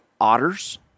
otters